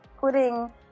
putting